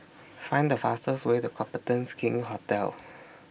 Find The fastest Way to Copthorne's King's Hotel